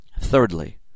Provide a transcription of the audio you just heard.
Thirdly